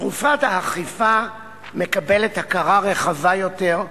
תרופת האכיפה מקבלת הכרה רחבה יותר,